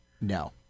No